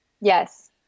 yes